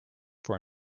for